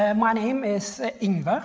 and my name is ingve.